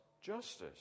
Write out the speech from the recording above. justice